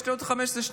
יש לי עוד 15 שניות,